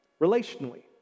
relationally